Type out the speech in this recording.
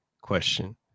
question